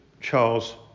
Charles